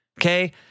okay